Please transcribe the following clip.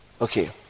Okay